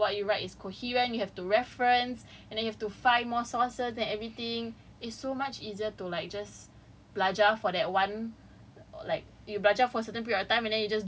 there's the planning then you have to make sure like what you write is coherent you have to reference and then you have to find more sources that everything is so much easier to like just belajar for that one